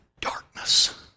darkness